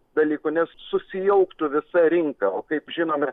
dalykų nes susijauktų visa rinka o kaip žinome